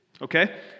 Okay